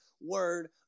word